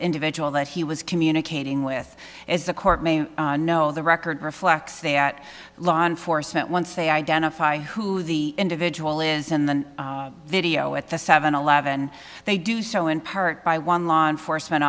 individual that he was communicating with as the court may know the record reflects that law enforcement once they identify who the individual is in the video at the seven eleven they do so in part by one law enforcement